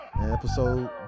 Episode